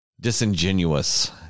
disingenuous